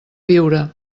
biure